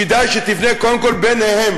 כדאי שתבנה קודם כול ביניהם,